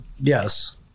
Yes